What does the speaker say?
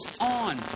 on